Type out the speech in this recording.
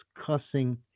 cussing